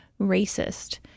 racist